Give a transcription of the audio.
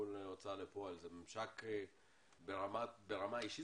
מול ההוצאה לפועל זה ממשק ברמה אישית?